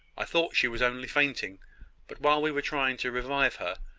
i thought she was only fainting but while we were trying to revive her,